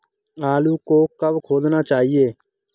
आलू को कब खोदना चाहिए?